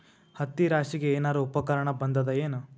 ಹತ್ತಿ ರಾಶಿಗಿ ಏನಾರು ಉಪಕರಣ ಬಂದದ ಏನು?